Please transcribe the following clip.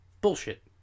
bullshit